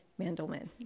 Mandelman